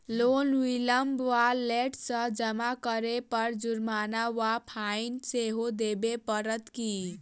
Loan विलंब वा late सँ जमा करै पर जुर्माना वा फाइन सेहो देबै पड़त की?